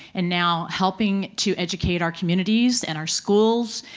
and now helping to educate our communities and our schools.